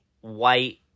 white